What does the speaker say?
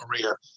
career